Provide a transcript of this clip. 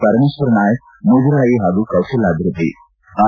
ಪರಮೇಶ್ವರ ನಾಯ್ಕ್ ಮುಜರಾಯಿ ಹಾಗೂ ಕೌಶಲಾಭಿವೃದ್ಧಿ ಆರ್